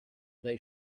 they